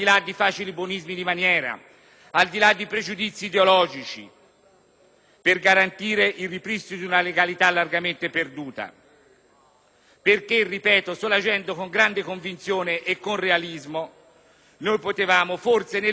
per garantire il ripristino di una legalità largamente perduta. Solo agendo con grande convinzione e con realismo noi potevamo, forse, nel futuro, evitare di vedere nuovamente spargere tante lacrime